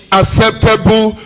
acceptable